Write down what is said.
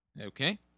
Okay